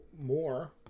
more